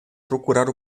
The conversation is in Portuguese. procurar